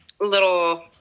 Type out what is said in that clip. little